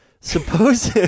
Suppose